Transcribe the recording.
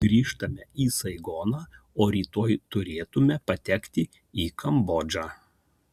grįžtame į saigoną o rytoj turėtume patekti į kambodžą